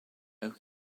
oak